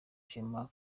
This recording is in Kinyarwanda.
ishema